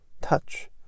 touch